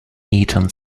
eaton